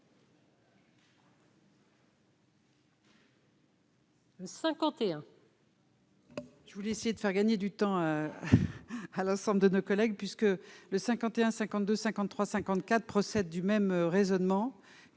51. Je voulais essayer de faire gagner du temps à l'ensemble de nos collègues, puisque le 51 52 53 54 procède du même raisonnement